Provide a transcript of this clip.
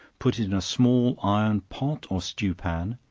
put it in a small iron pot, or stew pan,